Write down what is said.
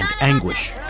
anguish